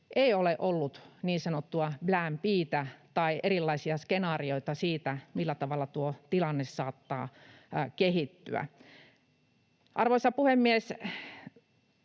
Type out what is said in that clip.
ei ole ollut niin sanottua plan B:tä tai erilaisia skenaarioita, millä tavalla tuo tilanne saattaa kehittyä? Arvoisa puhemies!